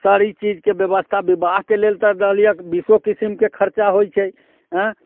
सारी चीजके व्यवस्था विवाहके लेल तऽ धऽ लिअ बीसो किसिमके खर्चा होयत छै हँ